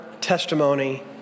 testimony